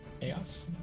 chaos